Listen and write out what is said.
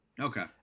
Okay